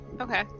okay